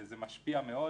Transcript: וזה משפיע מאוד.